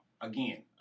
again